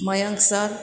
Mayank sir